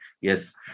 Yes